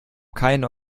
keinen